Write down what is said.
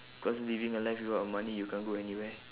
cause living a life without money you can't go anywhere